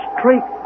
Straight